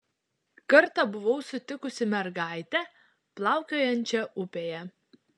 kartą buvau sutikusi mergaitę plaukiojančią upėje